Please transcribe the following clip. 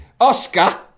oscar